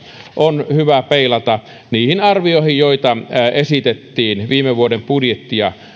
on hyvä peilata niihin arvioihin joita esitettiin viime vuoden budjettia